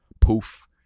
poof